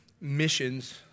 missions